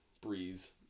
breeze